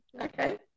Okay